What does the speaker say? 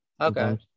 Okay